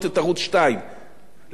למשל ביטול התמלוגים.